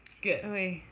good